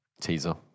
Teaser